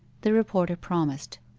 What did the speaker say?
the reporter promised.